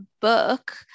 book